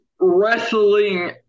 wrestling